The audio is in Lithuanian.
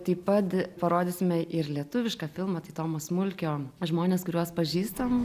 taip pat parodysime ir lietuvišką filmą tai tomo smulkio žmonės kuriuos pažįstam